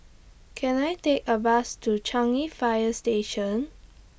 Can I Take A Bus to Changi Fire Station